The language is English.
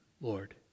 Lord